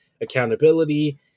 accountability